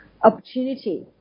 opportunity